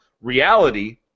reality